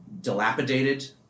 dilapidated